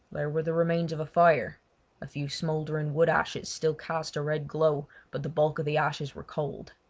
there were the remains of a fire a few smouldering wood ashes still cast a red glow, but the bulk of the ashes were cold.